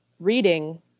reading